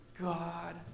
God